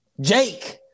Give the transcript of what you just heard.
Jake